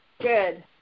good